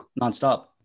nonstop